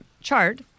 chart